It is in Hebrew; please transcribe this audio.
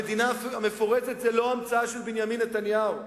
המדינה המפורזת זו לא המצאה של בנימין נתניהו.